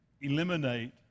eliminate